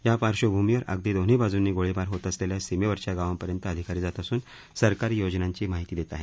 या पार्श्वभूमीवर अगदी दोन्ही बाजूनी गोळीबार होतं असलेल्या सीमेवरच्या गावांपर्यंत अधिकारी जात असून सरकारी योजनांची माहिती देत आहेत